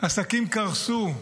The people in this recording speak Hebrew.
עסקים קרסו,